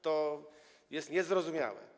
To jest niezrozumiałe.